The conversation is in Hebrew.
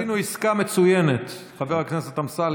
עשינו עסקה מצוינת, חבר הכנסת אמסלם.